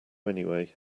anyway